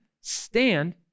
stand